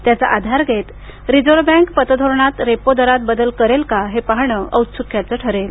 त्याचा आधार घेत रिझर्व्ह बँक पतधोरणात रेपो दरातील बदल करेल का ते पाहणं औत्सुक्याचं ठरेल